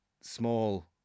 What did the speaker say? small